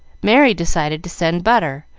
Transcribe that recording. merry decided to send butter,